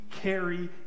carry